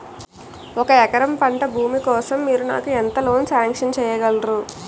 ఒక ఎకరం పంట భూమి కోసం మీరు నాకు ఎంత లోన్ సాంక్షన్ చేయగలరు?